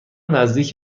نزدیک